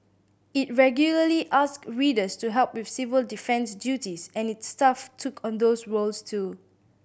it regularly asked readers to help with civil defence duties and its staff took on those roles too